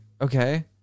Okay